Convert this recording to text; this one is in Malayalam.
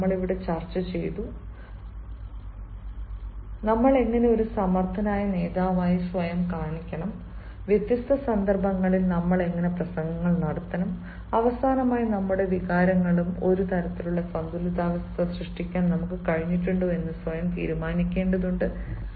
റിപ്പോർട്ടുകൾ സമർപ്പിക്കേണ്ടതുണ്ട് നമ്മൾ എങ്ങനെ ഒരു സമർത്ഥനായ നേതാവായി സ്വയം കാണിക്കണം വ്യത്യസ്ത സന്ദർഭങ്ങളിൽ നമ്മൾ എങ്ങനെ പ്രസംഗങ്ങൾ നടത്തണം അവസാനമായി നമ്മുടെ വികാരങ്ങളും ഒരു തരത്തിലുള്ള സന്തുലിതാവസ്ഥ സൃഷ്ടിക്കാൻ നമ്മൾക്ക് കഴിഞ്ഞിട്ടുണ്ടോ എന്ന് സ്വയം തീരുമാനിക്കേണ്ടതുണ്ട്